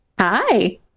Hi